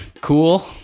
cool